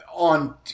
on